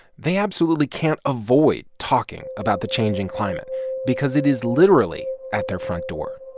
they absolutely can't avoid talking about the changing climate because it is literally at their front door